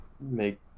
Make